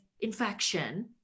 infection